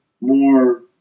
more